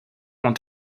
ont